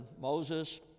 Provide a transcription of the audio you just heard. Moses